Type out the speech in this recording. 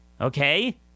okay